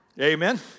Amen